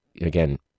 again